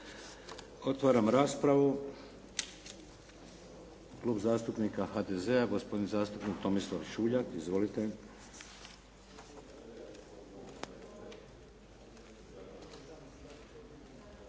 Otvaram raspravu. Klub zastupnika HDZ-a, gospodin zastupnik Tomislav Čuljak. Izvolite.